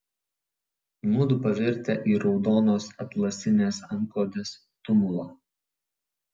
mudu pavirtę į raudonos atlasinės antklodės tumulą